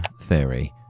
Theory